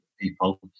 people